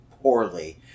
poorly